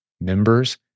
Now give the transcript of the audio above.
Members